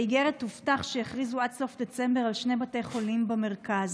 1. באיגרת הובטח שיכריזו עד סוף דצמבר על שני בתי חולים במרכז.